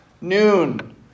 noon